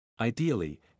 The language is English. Ideally